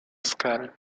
escale